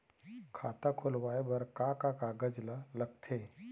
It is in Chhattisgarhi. खाता खोलवाये बर का का कागज ल लगथे?